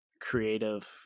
creative